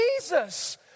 Jesus